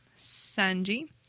Sanji